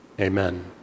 amen